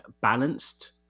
balanced